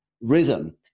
rhythm